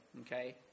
okay